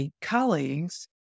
colleagues